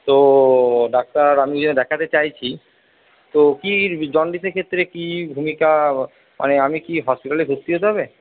তো ডাক্তার আমি দেখাতে চাইছি তো কি জণ্ডিসের ক্ষেত্রে কি ভূমিকা মানে আমি কি হসপিটালে ভর্তি হতে হবে